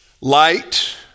light